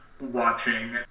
watching